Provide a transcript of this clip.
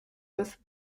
with